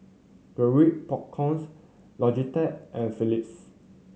Garrett Popcorn Logitech and Phillips